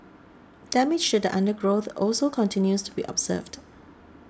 damage show the undergrowth also continues to be observed